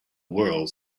world